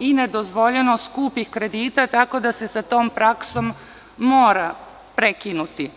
i nedozvoljeno skupih kredita, tako da se sa tom praksom mora prekinuti.